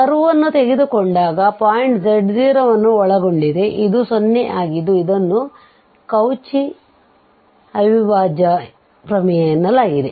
curve ಅನ್ನು ತೆಗೆದುಕೊಂಡಾಗ point z0 ಅನ್ನು ಒಳಗೊಂಡಿದೆ ಇದು 0 ಆಗಿದ್ದು ಇದನ್ನುಕೌಚಿ ಅವಿಭಾಜ್ಯ ಪ್ರಮೇಯ ಎನ್ನಲಾಗಿದೆ